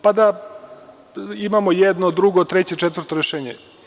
Pa da imamo jedno, drugo, treće, četvrto rešenje.